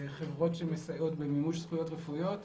חברות שמסייעות במימוש זכויות רפואיות.